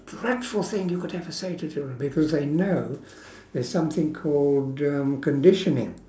dreadful thing you could ever say to children because they know there's something called um conditioning